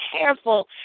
careful